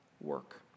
work